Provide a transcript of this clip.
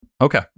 okay